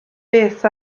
beth